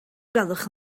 gwelwch